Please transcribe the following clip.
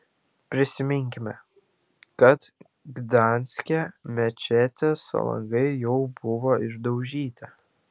prisiminkime kad gdanske mečetės langai jau buvo išdaužyti